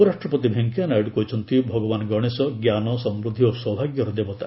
ଉପରାଷ୍ଟ୍ରପତି ଭେଙ୍କିୟା ନାଇଡୁ କହିଛନ୍ତି ଭଗବାନ ଗଣେଶ ଜ୍ଞାନ ସମୃଦ୍ଧି ଓ ସୌଭାଗ୍ୟର ଦେବତା